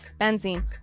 benzene